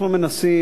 אנחנו מנסים,